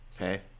okay